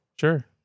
Sure